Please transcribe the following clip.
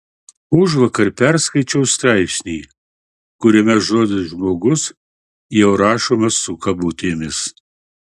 užvakar perskaičiau straipsnį kuriame žodis žmogus jau rašomas su kabutėmis